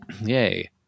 yay